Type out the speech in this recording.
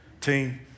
team